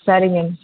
சரிங்க